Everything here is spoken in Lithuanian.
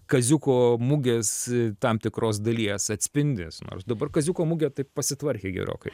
kaziuko mugės tam tikros dalies atspindis nors dabar kaziuko mugė taip pasitvarkė gerokai